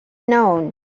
known